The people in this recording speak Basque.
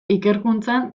ikerkuntzan